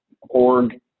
org